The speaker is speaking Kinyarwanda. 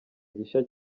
gishya